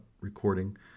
recording